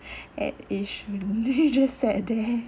at yishun then just sat there